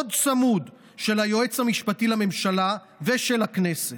צמוד של היועץ המשפטי לממשלה ושל הכנסת.